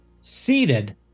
seated